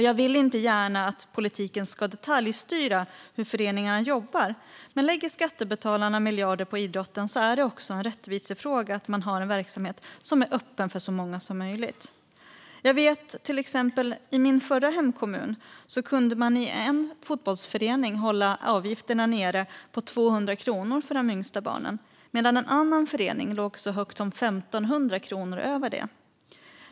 Jag vill inte gärna att politiken ska detaljstyra hur föreningarna ska jobba, men lägger skattebetalarna miljarder på idrotten är det också en rättvisefråga att man har en verksamhet som är öppen för så många som möjligt. Jag vet till exempel att i min förra hemkommun kunde en fotbollsförening hålla avgifterna nere på 200 kronor för de yngsta barnen, medan en annan förening låg så högt som 1 500 kronor över det.